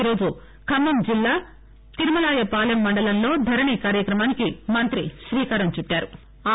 ఈరోజు ఖమ్మం జిల్లా తిరుమలాయపాలెం మండలంలో ధరణి కార్యక్రమానికి మంత్రి శ్రీకారం చుట్టారు